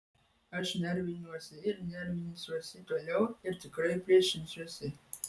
aš nervinuosi ir nervinsiuosi toliau ir tikrai priešinsiuosi